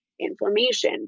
inflammation